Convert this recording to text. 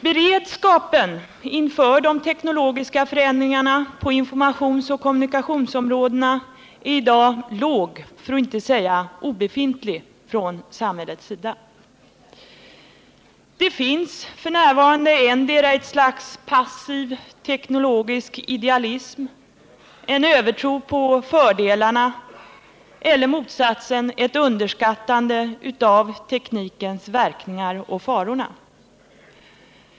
Beredskapen inför de teknologiska förändringarna på informationsoch kommunikationsområdena är i dag låg, för att inte säga obefintlig, från samhällets sida. Det finns f.n. endera ett slags passiv teknologisk idealism, en övertro på fördelarna, eller motsatsen: ett underskattande av teknikens verkningar och farorna.